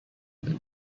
than